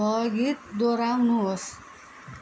भवगीत दोहोऱ्याउनुहोस्